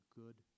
good